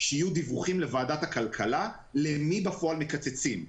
שיהיו דיווחים לוועדת הכלכלה למי בפועל מקצצים.